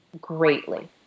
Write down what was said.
greatly